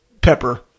pepper